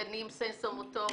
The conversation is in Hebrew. גנים סנסו מוטוריים,